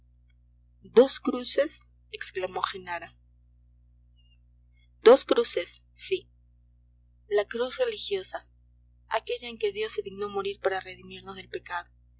dos cruces exclamó genara dos cruces sí la cruz religiosa aquella en que dios se dignó morir para redimirnos del pecado